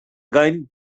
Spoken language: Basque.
gain